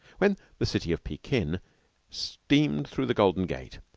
when the city of pekin steamed through the golden gate,